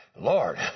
Lord